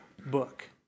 book